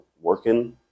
Working